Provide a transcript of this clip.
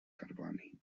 carboni